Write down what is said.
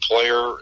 player